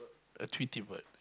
a Tweety bird